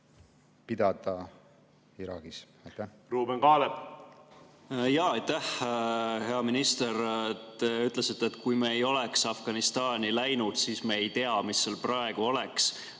Ruuben Kaalep. Ruuben Kaalep. Aitäh! Hea minister, te ütlesite, et kui me ei oleks Afganistani läinud, siis me ei teaks, mis seal praegu oleks.